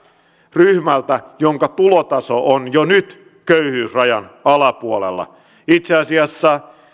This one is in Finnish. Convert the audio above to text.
ryhmältä jonka tulotaso on jo nyt köyhyysrajan alapuolella itse asiassa